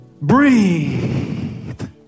breathe